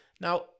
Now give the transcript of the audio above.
Now